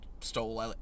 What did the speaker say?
stole